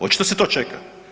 Očito se to čeka.